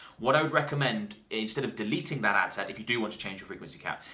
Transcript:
what i would recommend, instead of deleting that ads set, if you do want to change your frequency cap,